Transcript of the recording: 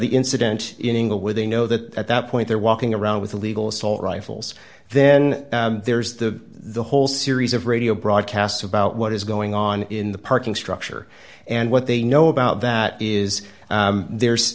the incident in inglewood they know that at that point they're walking around with illegal assault rifles then there's the whole series of radio broadcasts about what is going on in the parking structure and what they know about that is there's